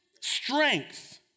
strength